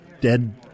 dead